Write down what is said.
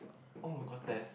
oh got test